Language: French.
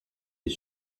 est